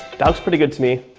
that looks pretty good to me.